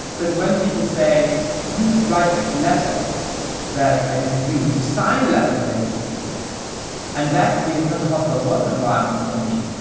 but when people say you write a letter that i disagree with, if you sign a letter that i disagree with and that creates such a hostile work environment for me,